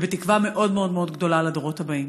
ובתקווה מאוד מאוד גדולה לדורות הבאים.